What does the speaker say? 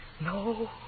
No